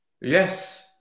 yes